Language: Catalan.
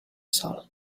sol